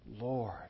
Lord